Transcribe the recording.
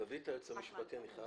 נזמין את היועץ המשפטי לוועדה,